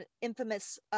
infamous